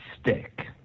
stick